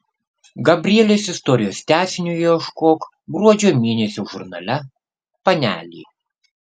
gabrielės istorijos tęsinio ieškok gruodžio mėnesio žurnale panelė